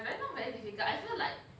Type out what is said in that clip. I not very difficult I feel like